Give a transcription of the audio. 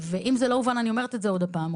ואם זה לא הובן אני אומרת את זה עוד פעם,